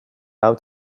how